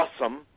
awesome